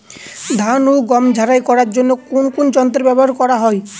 ধান ও গম ঝারাই করার জন্য কোন কোন যন্ত্র ব্যাবহার করা হয়?